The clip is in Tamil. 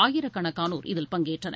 ஆயிரக்கணக்கானோர் இதில் பங்கேற்றனர்